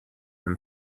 than